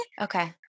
Okay